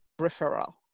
referral